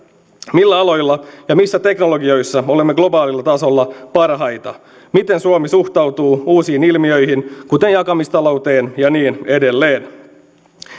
millä aloilla ja missä teknologioissa olemme globaalilla tasolla parhaita miten suomi suhtautuu uusiin ilmiöihin kuten jakamistalouteen ja niin edelleen